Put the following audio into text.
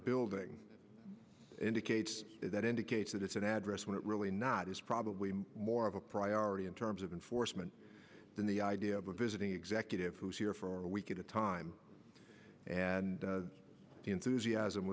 building indicates that indicates that it's an address when it really not is probably more of a priority in terms of enforcement than the idea of a visiting executive who's here for a week at a time and the enthusiasm